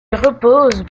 reposent